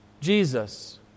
Jesus